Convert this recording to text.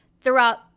throughout